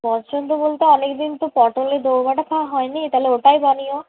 পছন্দ বলতে অনেকদিন তো পটলের দোরমাটা খাওয়া হয়নি তাহলে ওটাই বানিও